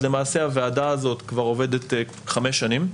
הוועדה הזו עובדת כבר חמש שנים.